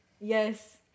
Yes